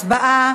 הצבעה